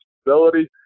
stability